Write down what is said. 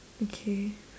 okay